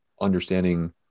understanding